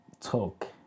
talk